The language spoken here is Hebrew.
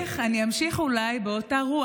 ואני אמשיך אולי באותה רוח,